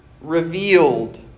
revealed